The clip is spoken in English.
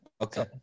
Okay